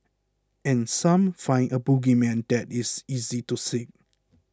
and some find a bogeyman that is easy to seek